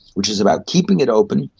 which is about keeping it open,